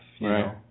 Right